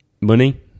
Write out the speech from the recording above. Money